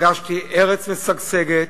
פגשתי ארץ משגשגת,